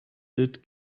did